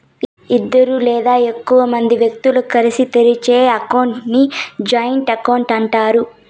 ఇద్దరు లేదా ఎక్కువ మంది వ్యక్తులు కలిసి తెరిచే అకౌంట్ ని జాయింట్ అకౌంట్ అంటారు